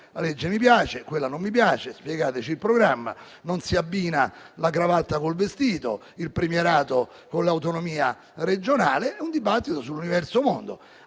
legge mi piace, quella non mi piace; spiegateci il programma; non si abbina la cravatta con il vestito e il premierato con l'autonomia regionale. È un dibattito sull'universo mondo,